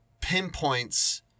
pinpoints